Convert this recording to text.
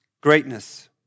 greatness